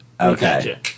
Okay